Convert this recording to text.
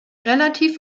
relativ